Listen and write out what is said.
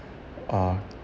uh